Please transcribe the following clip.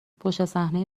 پشتصحنهی